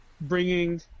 bringing